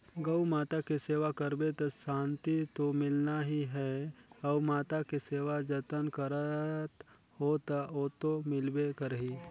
गउ माता के सेवा करबे त सांति तो मिलना ही है, गउ माता के सेवा जतन करत हो त ओतो मिलबे करही